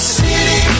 city